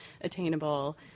attainable